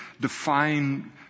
define